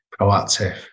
proactive